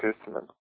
testament